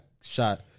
shot